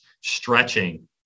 stretching